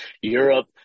Europe